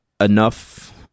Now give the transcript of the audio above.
enough